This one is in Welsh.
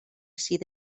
sydd